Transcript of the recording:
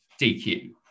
DQ